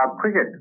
cricket